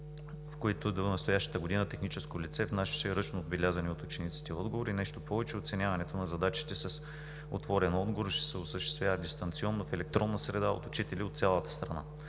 в които до настоящата година техническо лице внасяше ръчно отбелязани от учениците отговори. Нещо повече, оценяването на задачите с отворен отговор ще се осъществява дистанционно в електронна среда от учители от цялата страна.